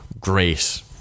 great